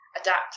adapt